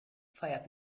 feiert